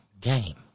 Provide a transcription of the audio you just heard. game